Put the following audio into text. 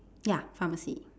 ya pharmacy